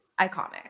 iconic